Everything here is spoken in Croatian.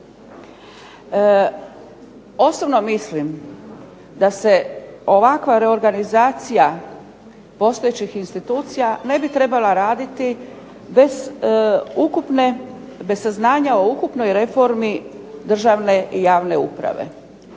Osobno mislim da se ovakva reorganizacija postojećih institucija ne bi trebala raditi bez ukupne, bez saznanja o ukupnoj reformi državne i javne uprave.